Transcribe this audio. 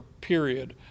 period